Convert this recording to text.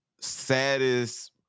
saddest